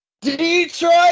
Detroit